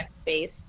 space